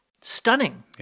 stunning